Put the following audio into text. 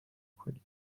کنیم